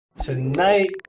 Tonight